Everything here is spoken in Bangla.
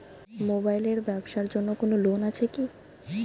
মোবাইল এর ব্যাবসার জন্য কোন লোন আছে কি?